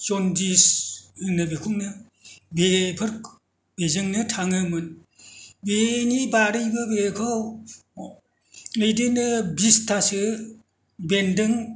जन्दिस होनो बेखौनो बेफोरजोंनो थाङोमोन बेनि बादैबो बेखौ बिदिनो बिसतासो बेन्दों